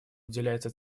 уделяется